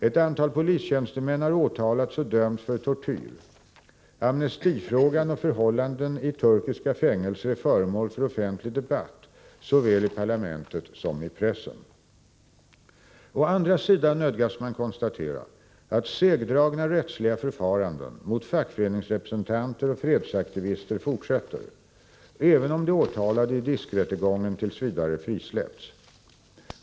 Ett antal polistjänstemän har åtalats och dömts för tortyr. Amnestifrågan och förhållandena i turkiska fängelser är föremål för offentlig debatt såväl i parlamentet som i pressen. Å andra sidan nödgas man konstatera att segdragna rättsliga förfaranden mot fackföreningsrepresentanter och fredsaktivister fortsätter, även om de åtalade i DISK-rättegången t. v. frisläppts.